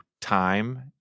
time